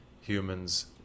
humans